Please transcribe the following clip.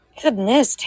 Goodness